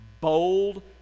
bold